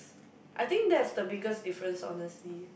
I think that's the biggest difference honestly